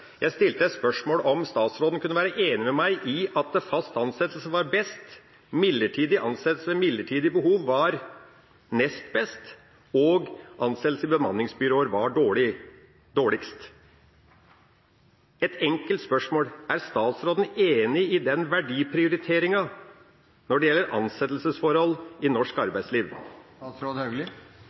Jeg stilte et spørsmål om statsråden kunne være enig med meg i at fast ansettelse er best, midlertidig ansettelse ved midlertidig behov er nest best, og ansettelse gjennom bemanningsbyråer er dårligst. Et enkelt spørsmål: Er statsråden enig i den verdiprioriteringa når det gjelder ansettelsesforhold i norsk